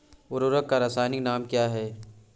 उर्वरक का रासायनिक नाम क्या है?